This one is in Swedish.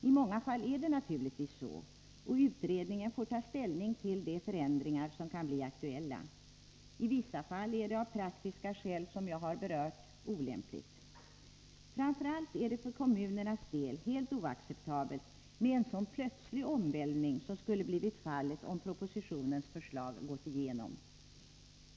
I många fall är det naturligtvis så, och utredningen får ta ställning till de förändringar som kan bli aktuella — i vissa fall är det av praktiska skäl som jag har berört inte lämpligt. Framför allt är det för kommunernas del helt oacceptabelt med en så plötslig omvälvning som skulle blivit fallet om propositionens förslag gått igenom.